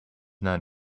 not